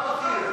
פעם אחת.